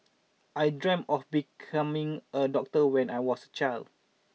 I dreamt of becoming a doctor when I was child